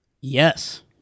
Yes